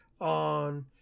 on